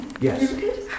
Yes